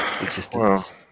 existence